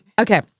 Okay